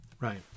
right